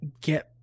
get